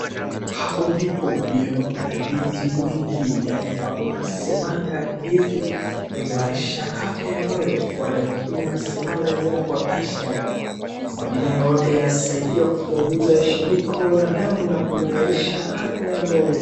Hapo ndipo vile naona ndizi wengi, yaani watu wanasemanga ndizi huimarisha afya ya moyo. Wale wengine wanasemanga zina potassium . Madini yoyote yanasaidia kupunguza shiniko la damu na kuimarisha afya ya moyo.